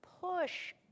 push